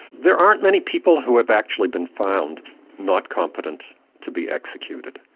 there aren't many people who have actually been found not competent to be executed.